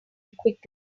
quickly